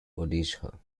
odisha